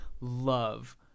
love